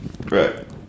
Right